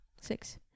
Six